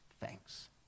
Thanks